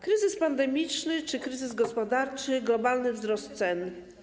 Kryzys pandemiczny, kryzys gospodarczy, globalny wzrost cen.